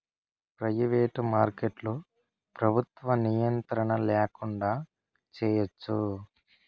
private మార్కెట్లో ప్రభుత్వ నియంత్రణ ల్యాకుండా చేయచ్చు